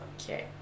okay